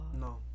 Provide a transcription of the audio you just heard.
No